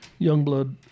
Youngblood